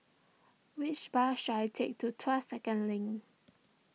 which bus should I take to Tuas Second Link